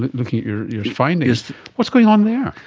looking at your your findings. what's going on there?